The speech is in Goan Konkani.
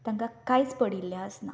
तांकां कांयच पडिल्लें नासता